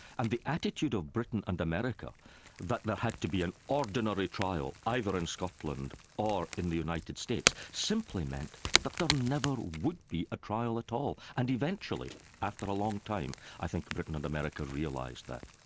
and the attitude of britain and america that there had to be an ordinary trial either in scotland or in the united states, simply meant that there never would be a trial at all. and eventually after a long time, i think britain and america realised that.